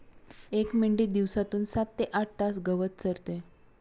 एक मेंढी दिवसातून सात ते आठ तास गवत चरते